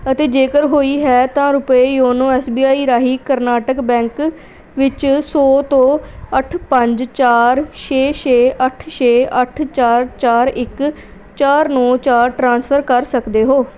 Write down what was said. ਅਤੇ ਜੇਕਰ ਹੋਈ ਹੈ ਤਾਂ ਰੁਪਏ ਯੋਨੋ ਐਸ ਬੀ ਆਈ ਰਾਹੀਂ ਕਰਨਾਟਕ ਬੈਂਕ ਵਿੱਚ ਸੌ ਤੋਂ ਅੱਠ ਪੰਜ ਚਾਰ ਛੇ ਛੇ ਅੱਠ ਛੇ ਅੱਠ ਚਾਰ ਚਾਰ ਇੱਕ ਚਾਰ ਨੌਂ ਚਾਰ ਟ੍ਰਾਂਸਫਰ ਕਰ ਸਕਦੇ ਹੋ